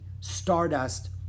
Stardust